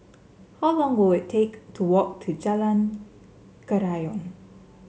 how long will we take to walk to Jalan Kerayong